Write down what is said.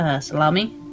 salami